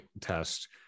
test